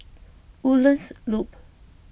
Woodlands Loop